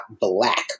black